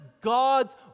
God's